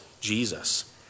Jesus